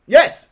Yes